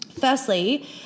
firstly